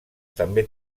també